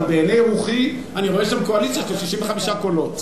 אבל בעיני רוחי אני רואה שם קואליציה של 65 קולות.